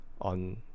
On